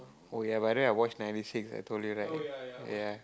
oh ya by the way I watch ninety six I told you right ya